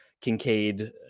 Kincaid